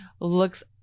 looks